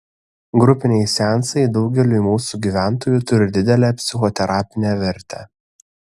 grupiniai seansai daugeliui mūsų gyventojų turi didelę psichoterapinę vertę